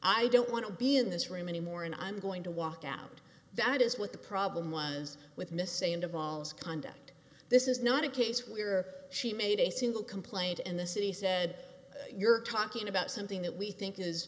i don't want to be in this room anymore and i'm going to walk out that is what the problem was with missy in the halls conduct this is not a case where she made a single complaint and the city said you're talking about something that we think is